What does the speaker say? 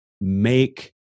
make